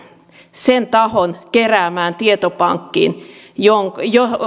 sen tahon keräämään tietopankkiin johon